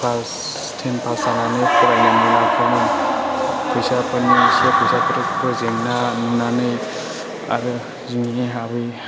class ten फास जानानै फरायबावनो मोनाखैमोन फैसाफोरनि एसे जेंना नुनानै आरो जोंनि आबै